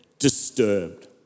disturbed